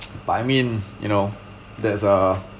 but I mean you know that's uh